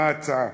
מה ההצעה,